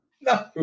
no